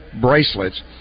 bracelets